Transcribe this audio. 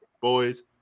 boys